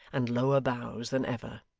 and lower bows than ever.